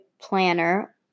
planner